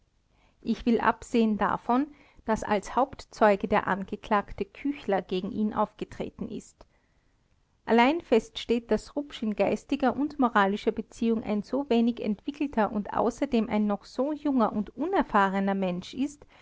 ich will absehen davon daß als hauptzeuge der angeklagte küchler gegen ihn aufgetreten ist allein feststeht daß rupsch in geistiger und moralischer beziehung ein so wenig entwickelter und außerdem ein noch so junger und unerfahrener mensch ist